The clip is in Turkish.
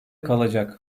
kalacak